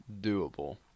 doable